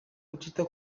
kutita